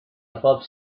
above